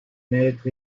naître